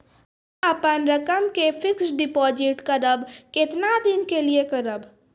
हम्मे अपन रकम के फिक्स्ड डिपोजिट करबऽ केतना दिन के लिए करबऽ?